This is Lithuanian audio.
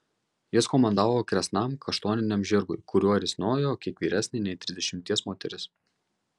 jis komandavo kresnam kaštoniniam žirgui kuriuo risnojo kiek vyresnė nei trisdešimties moteris